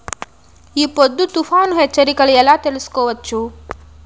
ఈ పొద్దు తుఫాను హెచ్చరికలు ఎలా తెలుసుకోవచ్చు?